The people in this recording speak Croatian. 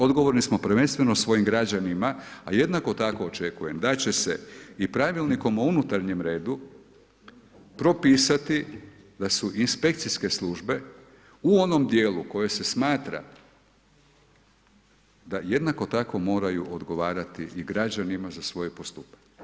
Odgovorni smo prvenstveno svojim građanima, a jednako tako očekujem da će se i pravilnikom o unutarnjem redu propisati da su inspekcijske službe u onom dijelu koje se smatra da jednako tako moraju odgovarati i građanima za svoje postupanje.